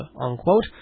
unquote